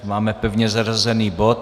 Máme pevně zařazený bod.